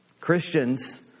Christians